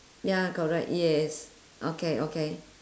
ya correct yes okay okay